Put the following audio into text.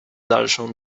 dalszą